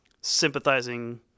sympathizing